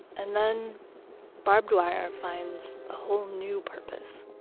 and then barbed wire finds a whole new purpose